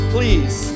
Please